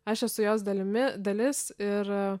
aš esu jos dalimi dalis ir